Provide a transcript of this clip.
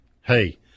hey